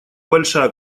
большая